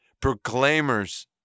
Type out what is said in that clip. proclaimers